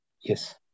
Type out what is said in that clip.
Yes